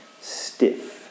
Stiff